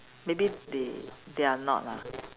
maybe they they are not ah